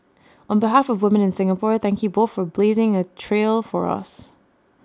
on behalf of women in Singapore thank you both for blazing A trail for us